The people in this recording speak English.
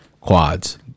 quads